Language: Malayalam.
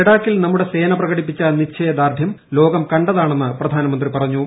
ലഡാക്കിൽ നമ്മുടെ സേന പ്രകടിപ്പിച്ച നിശ്ചയദാർഢൃം ലോകം കണ്ടതാണെന്ന് പ്രധാനമന്ത്രി പറഞ്ഞു